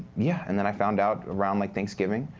yeah, and then i found out around like thanksgiving.